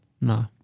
No